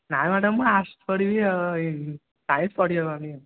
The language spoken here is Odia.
ନାଇଁ ମ୍ୟାଡ଼ାମ୍ ମୁଁ ଆର୍ଟସ୍ ପଢ଼ିବି ଆଉ ସାଇନ୍ସ ପଢ଼ି ହେବନି